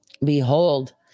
Behold